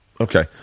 Okay